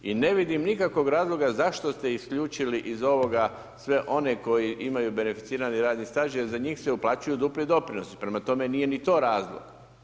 I ne vidim nikakvog razloga, zašto ste isključili iz ovoga sve one koji imaju beneficirani radni staž, jer za njih se uplaćuje dupli doprinos, prema tome nije ni to razlog.